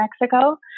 Mexico